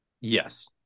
Yes